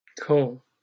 Cool